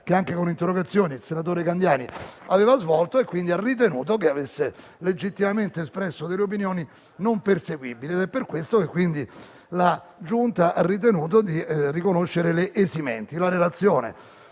delle interrogazioni il senatore Candiani aveva svolto e quindi ha ritenuto che avesse legittimamente espresso delle opinioni non perseguibili. È per questo che la Giunta ha ritenuto di riconoscere le esimenti. La relazione